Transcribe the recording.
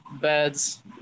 beds